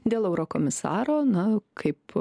dėl eurokomisaro na kaip